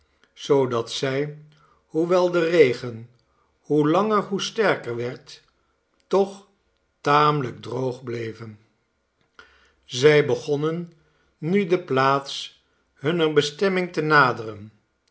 zoodat zij hoewel de regen hoe langer hoe sterker werd toch tamelijk droog bleven zij begonnen nu de plaats hunner bestemming te naderen